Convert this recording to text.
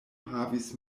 havis